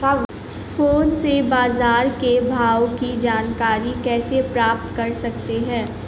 Phone से बाजार के भाव की जानकारी कैसे प्राप्त कर सकते हैं?